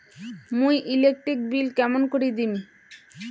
মুই electric bill কেমন করি দিম?